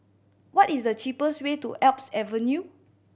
what is the cheapest way to Alps Avenue